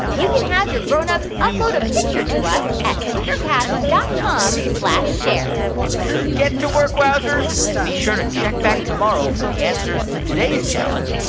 you can have your grown-ups upload a picture to us at tinkercast dot com share so get to work, wowzers. and be sure to check back tomorrow for the answers to today's challenge.